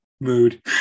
mood